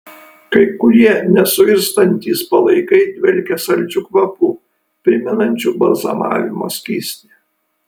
kai kurie nesuirstantys palaikai dvelkia saldžiu kvapu primenančiu balzamavimo skystį